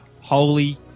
holy